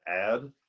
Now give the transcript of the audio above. add